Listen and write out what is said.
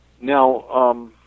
Now